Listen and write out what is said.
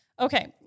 Okay